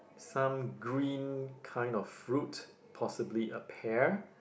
some green kind of fruit possibly a pear